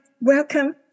welcome